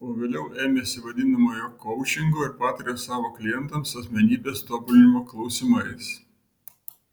o vėliau ėmėsi vadinamojo koučingo ir pataria savo klientams asmenybės tobulinimo klausimais